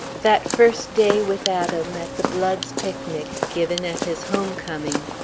that first day with adam at the blood's picnic, given at his home-coming.